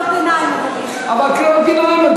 למה את מפריעה לו?